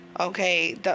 Okay